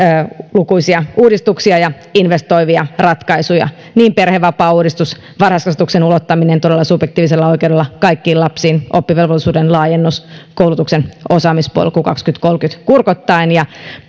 lukuisia uudistuksia ja investoivia ratkaisuja perhevapaauudistus varhaiskasvatuksen ulottaminen todella subjektiivisella oikeudella kaikkiin lapsiin oppivelvollisuuden laajennus koulutuksen osaamispolku vuoteen kaksituhattakolmekymmentä kurkottaen ja